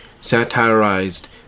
satirized